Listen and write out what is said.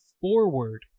forward